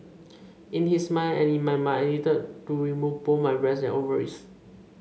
in his mind and in my mind I needed to remove both my breasts and ovaries